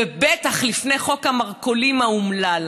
ובטח לפני חוק המרכולים האומלל.